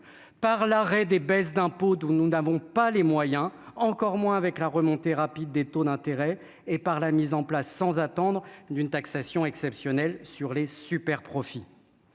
par l'arrêt des baisses d'impôts, d'où nous n'avons pas les moyens, encore moins avec la remontée rapide des taux d'intérêt et par la mise en place sans attendre d'une taxation exceptionnelle sur les profits,